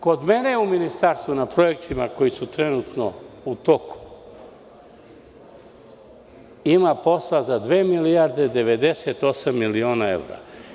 Kod mene u ministarstvu na projektima koji su trenutno u toku ima posla za 2 milijarde 98 miliona evra.